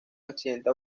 accidente